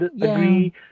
agree